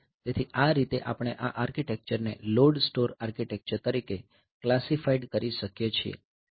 તેથી આ રીતે આપણે આ આર્કિટેક્ચરને લોડ સ્ટોર આર્કિટેક્ચર તરીકે ક્લાસિફાઇડ કરી શકીએ છીએ